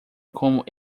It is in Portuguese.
como